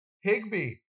Higby